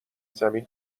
زمین